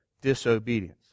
disobedience